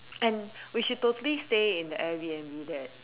and we should totally stay in the air b_n_b there